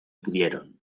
pudieron